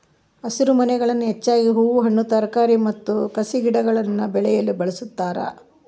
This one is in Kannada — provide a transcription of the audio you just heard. ಹಸಿರುಮನೆಗಳನ್ನು ಹೆಚ್ಚಾಗಿ ಹೂ ಹಣ್ಣು ತರಕಾರಿ ಮತ್ತು ಕಸಿಗಿಡಗುಳ್ನ ಬೆಳೆಯಲು ಬಳಸ್ತಾರ